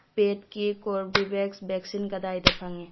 ꯄꯦꯠꯀꯤ ꯀꯣꯔꯕꯤꯕꯦꯛꯁ ꯕꯦꯛꯁꯤꯟ ꯀꯗꯥꯏꯗ ꯐꯪꯏ